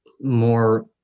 more